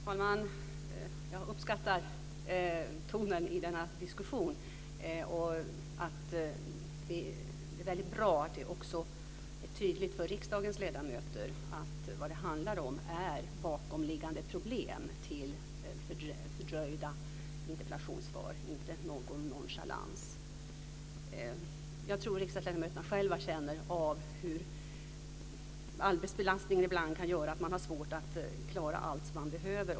Fru talman! Jag uppskattar tonen i denna diskussion. Det är väldigt bra att det också är tydligt för riksdagens ledamöter att det är bakomliggande problem som är orsaken till fördröjda interpellationssvar, inte någon nonchalans. Jag tror att riksdagsledamöterna själva känner av hur arbetsbelastningen ibland kan göra att man har svårt att klara allt som man behöver.